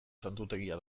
santutegia